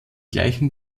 gleichen